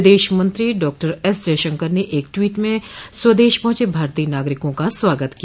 विदेश मंत्री doctor S Jaishankar ने एक ट्वीट में स्वदेश पहुंचे भारतीय नागरिकों का स्वागत किया